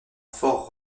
fort